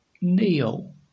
kneel